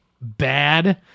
bad